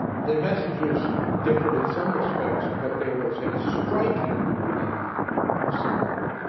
their messages differed in some respects, but there was a striking degree of similarity,